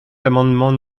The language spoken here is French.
l’amendement